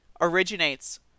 originates